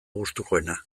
gustukoena